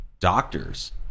doctors